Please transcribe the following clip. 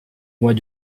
mois